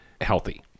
healthy